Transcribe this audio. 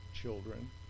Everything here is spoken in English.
children